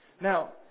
Now